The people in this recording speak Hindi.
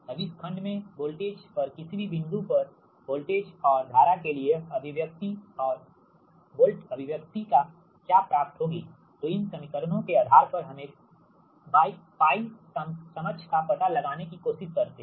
अब इस खंड में वोल्टेज पर किसी भी बिंदु पर वोल्टेज और धारा के लिए यह अभिव्यक्ति और वोल्ट अभिव्यक्ति क्या प्राप्त होगी तो इन समीकरणों के आधार पर हम एक π समक्ष का पता लगाने की कोशिश करते हैं